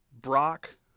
Brock